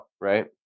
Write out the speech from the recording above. right